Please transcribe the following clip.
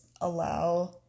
allow